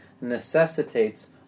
necessitates